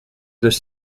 this